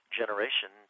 generation